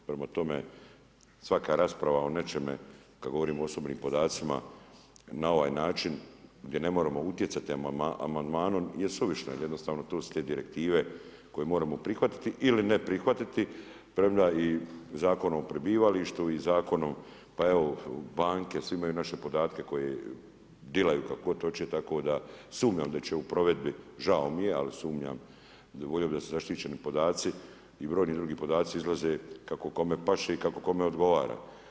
Prema tome, svaka rasprava o nečemu, kad govorimo o osobnim podacima na ovaj način, gdje ne moramo utjecati amandmanom je suvišna jer jednostavno to su te direktive koje moramo prihvatiti ili ne prihvatiti premda i Zakon o prebivalištu i Zakonom, pa evo, banke, svi imaju naše podatke koje dilaju kako god hoće, tako da sumnjam da će u provedbi, žao mi je, ali sumnjam, volio bih da su zaštićeni podaci i brojni drugi podaci izlaze kako kome paše i kako kome odgovara.